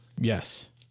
Yes